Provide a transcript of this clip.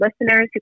listeners